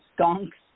skunks